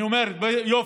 אני אומר: יופי,